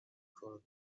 کرونا